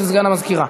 אצל סגן המזכירה.